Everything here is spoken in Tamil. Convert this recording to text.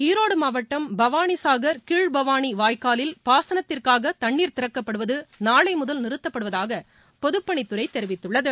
ஈரோடு மாவட்டம் பவானிசாகர் கீழ்பவானி வாய்க்காலில் பாசனத்திற்காக தண்ணீர் திறக்கப்படுவது நாளை முதல் நிறுத்தப்படுவதாக பொதுப் பணித்துறை தெரிவித்துள்ளது